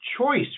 choice